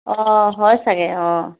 অঁ হয় চাগৈ অঁ